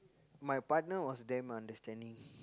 my partner was damn understanding